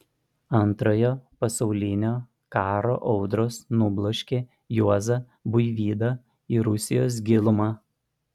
antrojo pasaulinio karo audros nubloškė juozą buivydą į rusijos gilumą